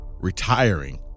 retiring